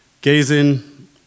gazing